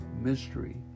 mystery